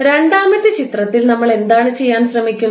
രണ്ടാമത്തെ ചിത്രത്തിൽ നമ്മൾ എന്താണ് ചെയ്യാൻ ശ്രമിക്കുന്നത്